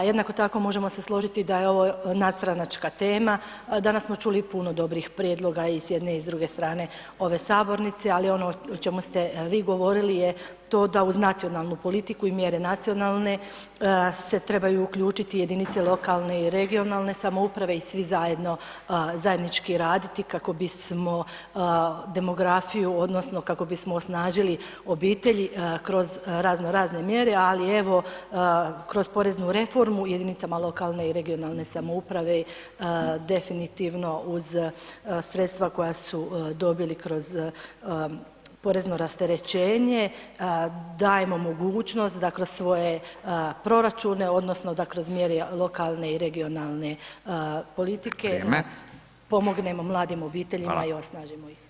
Jednako tako možemo se složiti da je ovo nadstranačka tema, danas smo čuli puno dobrih prijedloga i s jedne i druge strane ove sabornice ali ono o čemu ste vi govorili je to da uz nacionalnu politiku i mjere nacionalne se trebaju uključiti jedinice lokalne i regionalne samouprave i svi zajedno zajednički raditi kako bismo demografiju odnosno kako bismo osnažili obitelji kroz raznorazne mjere ali evo, kroz poreznu reformu jedinicama lokalne i regionalne samouprave definitivno uz sredstva koja su dobili kroz porezno rasterećenje, dajemo mogućnost da kroz svoje proračune odnosno da kroz mjere lokalne i regionalne politike pomognemo mladim obiteljima i osnažimo ih.